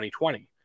2020